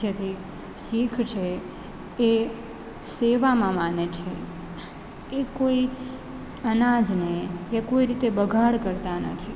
જેથી શીખ છે એ સેવામાં માને છે એ કોઈ અનાજને એ કોઈ રીતે બગાડ કરતાં નથી